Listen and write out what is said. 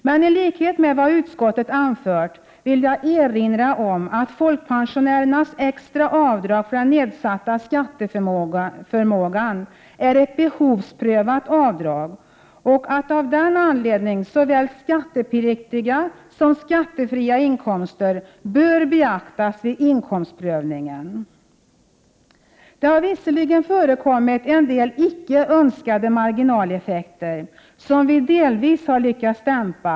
Men i likhet med vad utskottet anför vill jag erinra om att folkpensionärernas extra avdrag för nedsatt skatteförmåga är ett behovsprövat avdrag och att såväl skattepliktiga som skattefria inkomster av den anledningen bör beaktas vid inkomstprövningen. Det har visserligen förekommit en del icke önskade marginaleffekter, vilka vi delvis har lyckats dämpa.